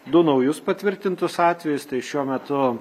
du naujus patvirtintus atvejus tai šiuo metu